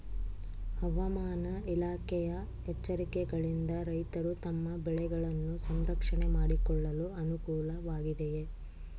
ಹವಾಮಾನ ಇಲಾಖೆಯ ಎಚ್ಚರಿಕೆಗಳಿಂದ ರೈತರು ತಮ್ಮ ಬೆಳೆಗಳನ್ನು ಸಂರಕ್ಷಣೆ ಮಾಡಿಕೊಳ್ಳಲು ಅನುಕೂಲ ವಾಗಿದೆಯೇ?